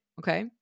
okay